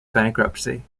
bankruptcy